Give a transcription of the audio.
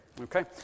okay